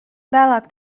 vēlāk